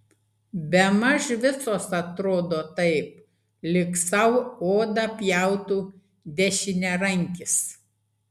bemaž visos atrodo taip lyg sau odą pjautų dešiniarankis